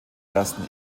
ersten